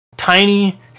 tiny